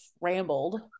rambled